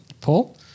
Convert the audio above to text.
Paul